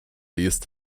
jest